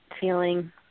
feeling